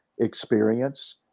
experience